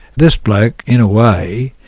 this bloke, in a way,